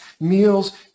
meals